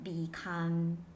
become